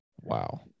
Wow